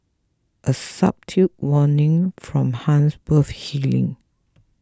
a subtle warning from Han's worth heeding